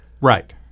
Right